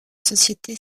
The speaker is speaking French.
société